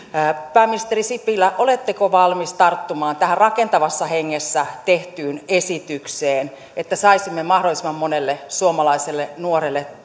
pääministeri sipilä oletteko valmis tarttumaan tähän rakentavassa hengessä tehtyyn esitykseen että saisimme mahdollisimman monelle suomalaiselle nuorelle